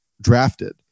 drafted